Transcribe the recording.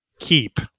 keep